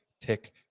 tick